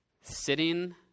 Sitting